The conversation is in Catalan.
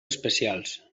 especials